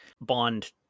Bond